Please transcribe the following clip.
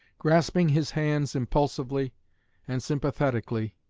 grasping his hands impulsively and sympathetically,